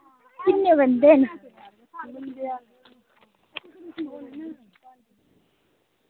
किन्ने बंदे न